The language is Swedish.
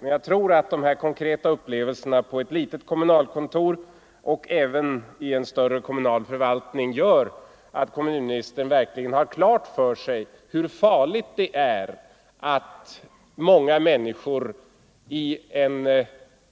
Men jag tror att dessa konkreta upplevelser på ett litet kommunalkontor och även i en större kommunal förvaltning gör att kommunministern verkligen har klart för sig hur farligt det är att många människor i en